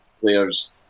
players